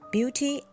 Beauty